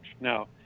Now